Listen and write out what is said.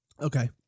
Okay